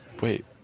Wait